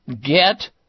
get